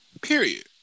Period